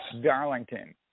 Darlington